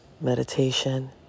Meditation